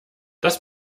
das